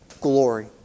glory